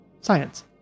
science